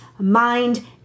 mind